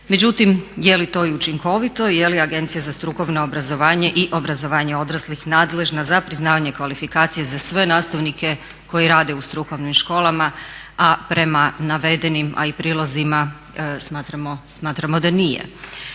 Međutim, je li to i učinkovito, je li Agencija za strukovno obrazovanje i obrazovanje odraslih nadležna za priznavanje kvalifikacija za sve nastavnike koji rade u strukovnim školama, a prema navedenim, a i prilozima smatramo da nije.